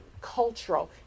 cultural